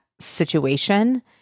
situation